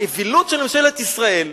האווילות של ממשלת ישראל,